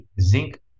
zinc